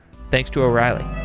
thanks to o'reilly.